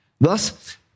Thus